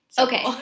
Okay